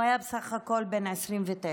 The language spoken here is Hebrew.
הוא היה בסך הכול בן 29,